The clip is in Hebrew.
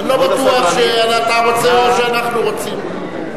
אני לא בטוח שאתה רוצה או שאנחנו רוצים.